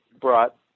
brought